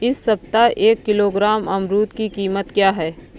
इस सप्ताह एक किलोग्राम अमरूद की कीमत क्या है?